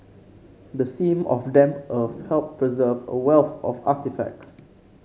the seam of damp earth helped preserve a wealth of artefacts